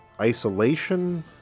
isolation